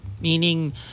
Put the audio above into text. meaning